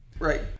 Right